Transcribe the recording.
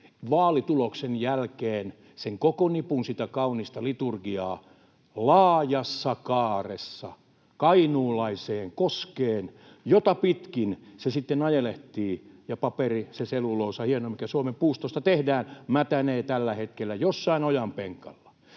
vaalituloksen jälkeen, sen koko nipun sitä kaunista liturgiaa, laajassa kaaressa kainuulaiseen koskeen, jota pitkin se sitten ajelehtii, ja paperi, se selluloosa, hienoin mikä Suomen puustosta tehdään, mätänee tällä hetkellä jossain ojanpenkalla.